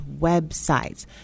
websites